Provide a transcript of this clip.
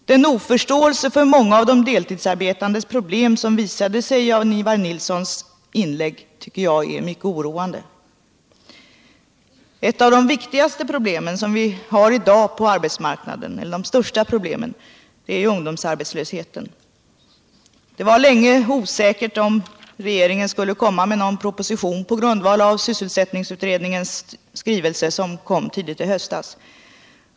Den oförståelse för många av de deltidsarbetandes problem som visade sig i Jan-Ivan Nilssons inlägg tycker jag är mycket oroande. Ett av de största problem som vi har i dag på arbetsmarknaden är ungdomsarbetslösheten. Det var länge osäkert om regeringen skulle lägga fram någon proposition på grundval av sysselsättningsutredningens skrivelse, som kom tidigt i höstas.